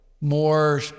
more